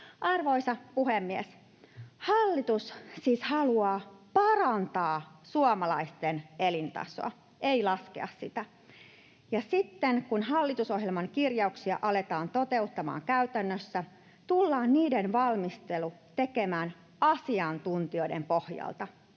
Arvoisa puhemies! Hallitus siis haluaa parantaa suomalaisten elintasoa, ei laskea sitä. Ja sitten, kun hallitusohjelman kirjauksia aletaan toteuttamaan käytännössä, tullaan niiden valmistelu tekemään asiantuntijoiden pohjalta,